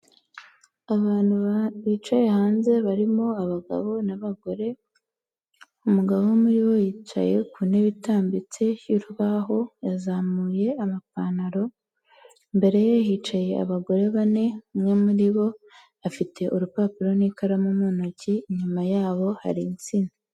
Abantu bicaye hanze barimo abagabo n'abagore, umugabo umwe muri bo yicaye ku ntebe itambitse y'urubaho yazamuye amapantaro, imbere ye hicaye abagore bane, umwe muri bo afite urupapuro n'ikaramu mu ntoki, inyuma yabo hari insina.